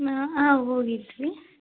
ಹಾಂ ಹೋಗಿದ್ವಿ